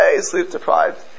sleep-deprived